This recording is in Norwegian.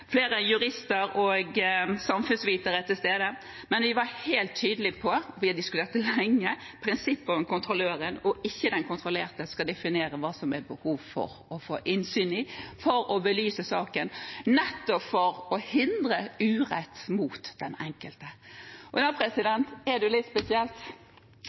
flere jurister og samfunnsvitere til stede, men vi var helt tydelig på – vi diskuterte dette lenge – prinsippet om at kontrolløren og ikke den kontrollerte skal definere hva det er behov for å få innsyn i for å belyse saken, nettopp for å hindre urett mot den enkelte. Det er litt spesielt,